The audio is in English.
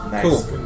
Cool